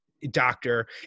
Doctor